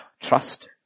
trust